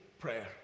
prayer